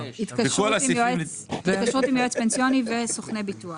בפרק ג'1, התקשרות עם יועץ פנסיוני וסוכני ביטוח.